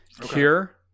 Cure